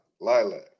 Lilac